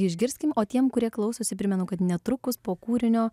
išgirskim o tiem kurie klausosi primenu kad netrukus po kūrinio